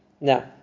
Now